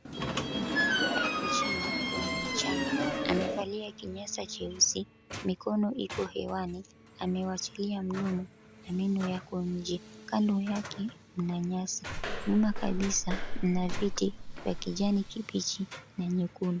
Mwanaume ako chini kwenye mchanga, amevalia kinyasa cheusi, mikono iko hewani, amewachilia mdomo na meno yako nje. Kando yake mna nyasi. Nyuma kabisa mna viti vya kijani kibichi na nyekundu.